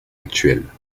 actuelle